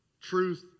truth